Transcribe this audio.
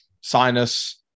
sinus